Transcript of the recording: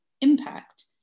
impact